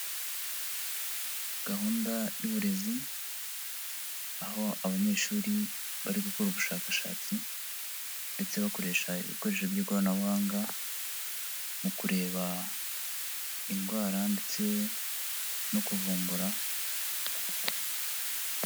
Gahunda y'uburezi, aho abanyeshuri bari gukora ubushakashatsi ndetse bakoresha ibikoresho by'ikoranabuhanga mu kureba indwara ndetse no kuvumbura.